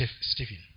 Stephen